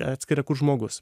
atskiria kur žmogus